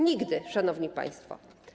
Nigdy, szanowni państwo.